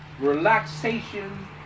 relaxation